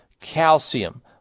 calcium